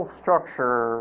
structure